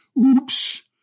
Oops